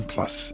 Plus